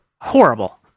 Horrible